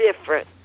different